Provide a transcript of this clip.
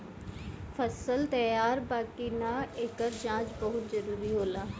फसल तैयार बा कि ना, एकर जाँच बहुत जरूरी होला